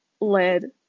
led